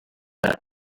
that